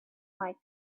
might